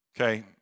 okay